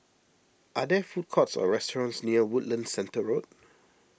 are there food courts or restaurants near Woodlands Centre Road